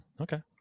Okay